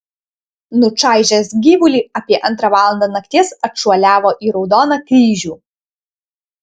nučaižęs gyvulį apie antrą valandą nakties atšuoliavo į raudoną kryžių